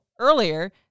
earlier